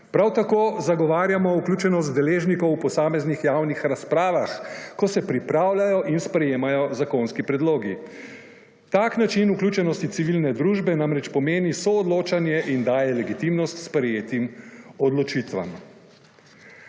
Prav tako zagovarjamo vključenost deležnikov v posameznih javnih razpravah, ko se pripravljajo in sprejemajo zakonski predlogi. Tak način vključenosti civilne družbe namreč pomeni soodločanje in daje legitimnost sprejetim odločitvam.